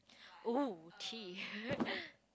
oh tea